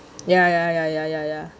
ya ya ya ya ya ya